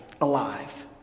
alive